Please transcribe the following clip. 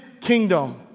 kingdom